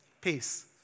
peace